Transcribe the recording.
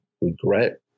regret